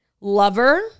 lover